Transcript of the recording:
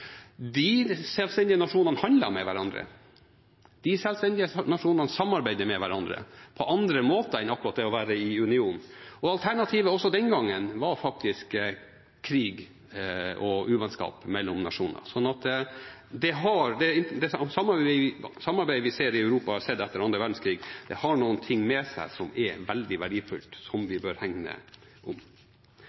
De selvstendige nasjonene handlet med hverandre, de selvstendige nasjonene samarbeidet med hverandre på andre måter enn akkurat det å være i union. Alternativet også den gangen var faktisk krig og uvennskap mellom nasjoner, så det samarbeidet vi ser i Europa, og har sett etter annen verdenskrig, har noe med seg som er veldig verdifullt, og som vi bør hegne om.